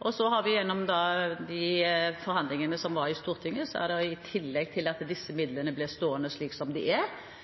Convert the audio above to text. Og så er det slik at i tillegg til at disse midlene blir stående slik de er, har vi også, gjennom de forhandlingene som var i Stortinget, fått tilbake de 30 mill. kr, som nå er